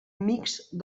mixt